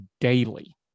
daily